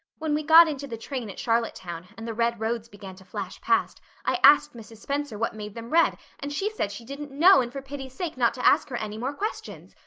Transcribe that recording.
when we got into the train at charlottetown and the red roads began to flash past i asked mrs. spencer what made them red and she said she didn't know and for pity's sake not to ask her any more questions.